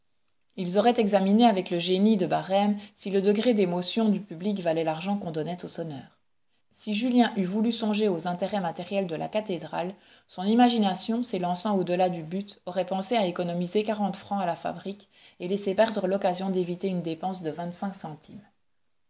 ils auraient examiné avec le génie de barrême si le degré d'émotion du public valait l'argent qu'on donnait aux sonneurs si julien eût voulu songer aux intérêts matériels de la cathédrale son imagination s'élançant au-delà du but aurait pensé à économiser quarante francs à la fabrique et laissé perdre l'occasion d'éviter une dépense de vingt-cinq centimes